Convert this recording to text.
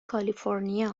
کالیفرنیا